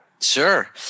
Sure